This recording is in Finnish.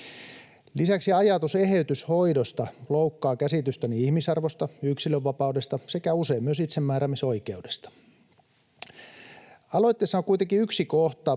Lisäksi ajatus eheytyshoidosta loukkaa käsitystäni ihmisarvosta, yksilönvapaudesta sekä usein myös itsemääräämisoikeudesta. Aloitteessa on kuitenkin yksi kohta,